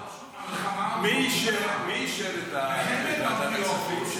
פשוט המלחמה עוד לא נגמרה, מלחמת אנטיוכוס.